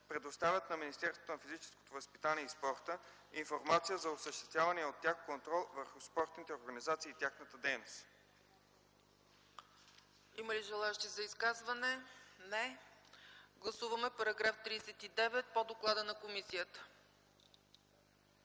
предоставят на Министерството на физическото възпитание и спорта информация за осъществявания от тях контрол върху спортните организации и тяхната дейност.” ПРЕДСЕДАТЕЛ ЦЕЦКА ЦАЧЕВА: Има ли желаещи за изказване? Не. Гласуваме § 39 по доклада на комисията.